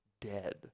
dead